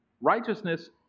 Righteousness